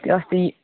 त्यो अस्ति